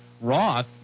Roth